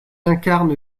incarne